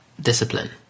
discipline